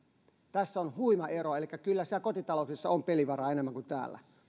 tässä on huima ero elikkä kyllä siellä kotitalouksissa on pelivaraa enemmän kuin täällä